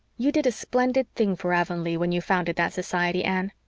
you did a splendid thing for avonlea when you founded that society, anne.